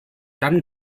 dann